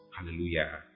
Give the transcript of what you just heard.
Hallelujah